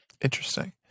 Interesting